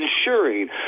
ensuring